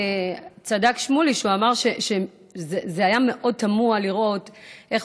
צדק שמולי כשהוא אמר שזה היה מאוד תמוה לראות איך